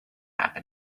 happen